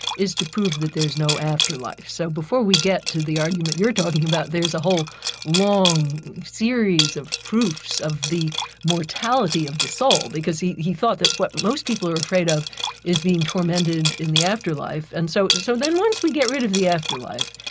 is to prove that there's no afterlife. so before we get to the argument you're talking about, there's a whole long series of proofs of the mortality of the soul, because he he thought that what most people are afraid of is being tormented in the afterlife. and so so then once we get rid of the afterlife,